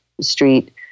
street